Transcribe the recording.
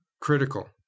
critical